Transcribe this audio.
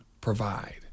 provide